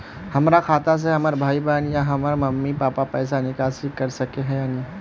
हमरा खाता से हमर भाई बहन या हमर मम्मी पापा पैसा निकासी कर सके है या नहीं?